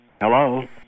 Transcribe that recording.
Hello